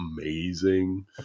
amazing